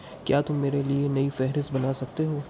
کیا تم میرے لیے نئی فہرست بنا سکتے ہو